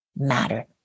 matter